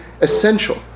essential